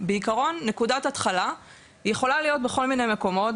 בעיקרון נקודת התחלה יכולה להיות בכל מיני מקומות,